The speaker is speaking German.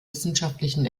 wissenschaftlichen